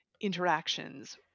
interactions